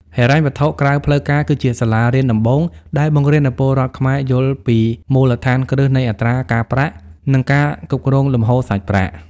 ហិរញ្ញវត្ថុក្រៅផ្លូវការគឺជា "សាលារៀនដំបូង" ដែលបង្រៀនឱ្យពលរដ្ឋខ្មែរយល់ពីមូលដ្ឋានគ្រឹះនៃអត្រាការប្រាក់ និងការគ្រប់គ្រងលំហូរសាច់ប្រាក់។